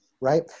right